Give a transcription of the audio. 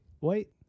wait